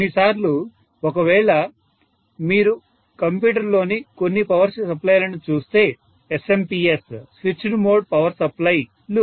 కొన్నిసార్లు ఒకవేళ మీరు కంప్యూటర్ లోని కొన్ని పవర్ సప్లైలను చూస్తే SMPS switched mode power supply లు